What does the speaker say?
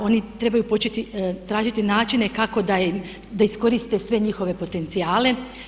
Oni trebaju početi tražiti načine kako da iskoriste sve njihove potencijale.